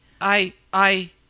I—I—